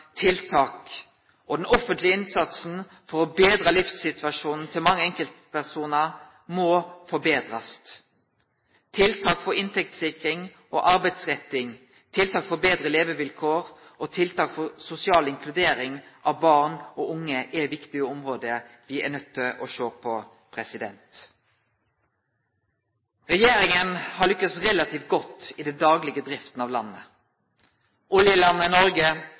tiltak, og den offentlege innsatsen for å betre livssituasjonen til mange enkeltpersonar må forbetrast. Tiltak for inntektssikring og arbeidsretting, tiltak for betre levevilkår og tiltak for sosial inkludering av barn og unge er viktige område me er nøydde til å sjå på. Regjeringa har lykkast relativt godt med den daglege drifta av landet.